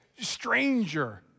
Stranger